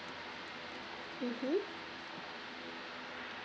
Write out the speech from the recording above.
mmhmm